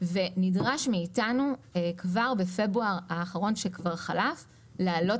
ונדרש מאתנו כבר בפברואר האחרון להעלות